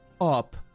up